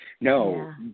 No